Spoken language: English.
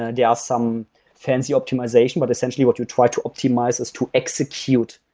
ah and ah some fancy optimization. but essentially, what you try to optimize is to execute.